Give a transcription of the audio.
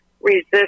resist